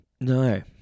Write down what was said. No